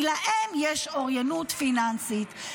כי להם יש אוריינות פיננסית.